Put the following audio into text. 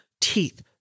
teeth